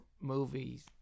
movies